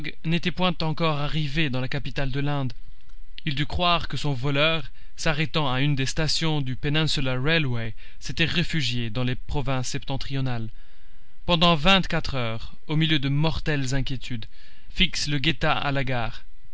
n'était point encore arrivé dans la capitale de l'inde il dut croire que son voleur s'arrêtant à une des stations du peninsular railway s'était réfugié dans les provinces septentrionales pendant vingt-quatre heures au milieu de mortelles inquiétudes fix le guetta à la gare